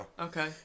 Okay